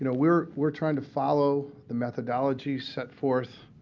and we're we're trying to follow the methodology set forth